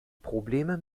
probleme